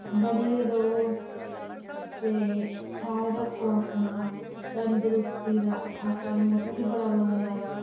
बने दे रवो ते ख्याल रक्खो अपना तंदरुस्ती दा अज्जकल मौसम बी बड़ा बदला दा